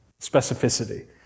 Specificity